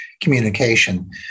communication